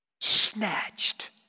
Snatched